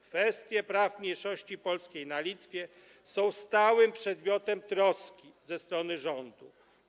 Kwestie praw mniejszości polskiej na Litwie są stałym przedmiotem troski ze strony rządu.